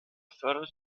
förderte